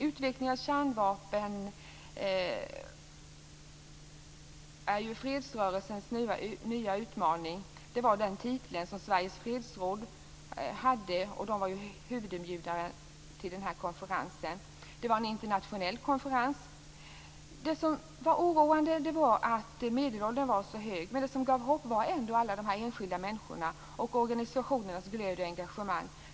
Utveckling av kärnvapen, fredsrörelsens nya utmaning var titeln som Sveriges fredsråd var huvudinbjudare till. Det var en internationell konferens. Det som var oroande var att medelåldern var så hög. Men det som gav hopp var ändå alla de enskilda människorna och organisationernas glöd och engagemang.